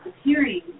appearing